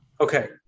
Okay